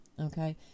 okay